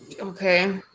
Okay